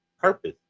purpose